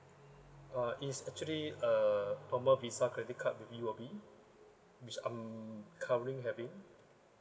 uh it's actually a visa credit card with U_O_B which I'm currently having